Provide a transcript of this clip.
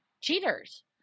cheaters